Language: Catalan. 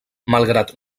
malgrat